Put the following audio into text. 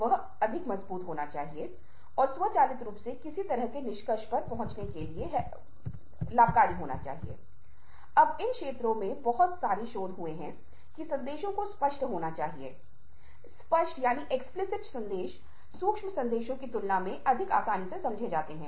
वास्तविक जिज्ञासा वास्तविक जिज्ञासा को पैदा करेगा मुझे और बताएं मुझे सुनने दें कि आपको क्या कहना है यह दूसरों को बहुत राहत देगा जब भी आप जो भी सुन रहे हैं उसे तीव्रता के साथ पूरी दिलचस्पी के साथ सुनें